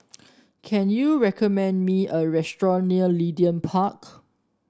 can you recommend me a restaurant near Leedon Park